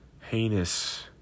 heinous